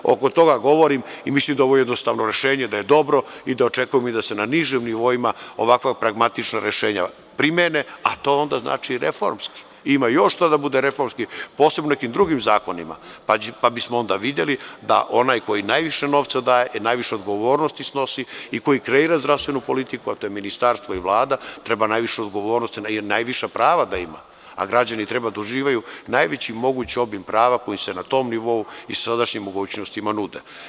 O tome govorim i mislim da je ovo jednostavno rešenje i da očekujem da se na nižim nivoima ovakva pragmatična rešenja primene, a to onda znači reformski, jer ima još šta da bude reformski, posebno nekim drugim zakonima, pa bismo onda videli da onaj ko najviše novca daje, najviše odgovornosti snosi i koji kreira zdravstvenu politiku, a to su Ministarstvo i Vlada, trebaju najvišu odgovornost da imaju, prava, a građani da uživaju najveći mogući obim prava koji se na tom nivou i sadašnjim mogućnostima nude.